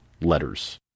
letters